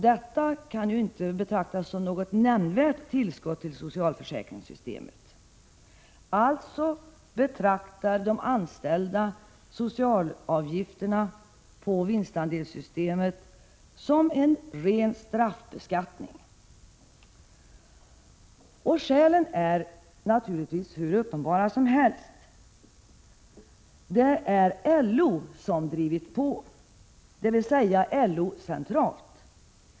Detta kan ju inte betraktas som något nämnvärt tillskott till socialförsäkringssystemet. De anställda betraktar alltså socialavgifterna på vinstandelssystemet som en ren straffbeskattning. Skälen till denna straffbeskattning är naturligtvis hur uppenbara som helst. Det är LO som drivit på i fråga om detta, dvs. LO centralt.